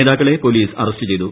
നേതാക്കളെ police arrest ചെയ്തു